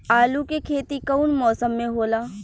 आलू के खेती कउन मौसम में होला?